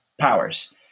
powers